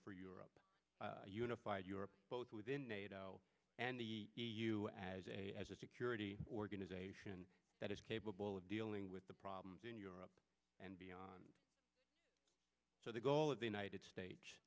for europe unified europe both within nato and the e u as a as a security organization that is capable of dealing with the problems in europe and beyond so the goal of the united states